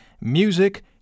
music